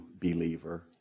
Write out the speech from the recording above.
believer